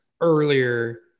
Earlier